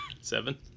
Seven